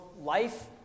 life